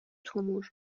تومور